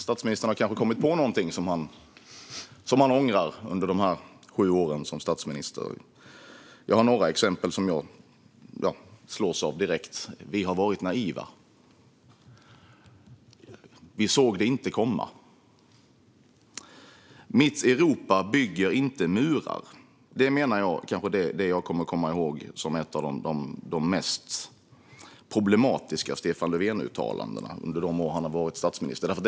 Statsministern har kanske kommit på någonting som han ångrar under de sju åren som statsminister. Jag har några exempel som jag slås av direkt: "Vi har varit naiva. Vi såg det inte komma. Mitt Europa bygger inte murar." Det menar jag att jag kommer att komma ihåg som ett av de mest problematiska uttalandena från Stefan Löfven under de år han har varit statsminister.